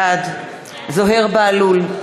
בעד זוהיר בהלול,